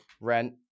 rent